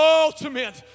ultimate